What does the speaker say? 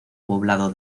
poblado